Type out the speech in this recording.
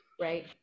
Right